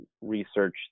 research